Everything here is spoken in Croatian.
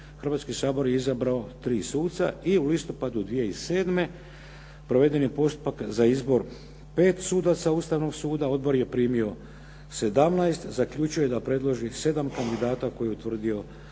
Hrvatski sabor je izabrao 3 suca i u listopadu 2007. proveden je postupak za izbor pet sudaca Ustavnog suda, odbor je primio 17, zaključio je da predloži 7 kandidata koje je utvrdio